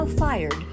fired